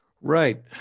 Right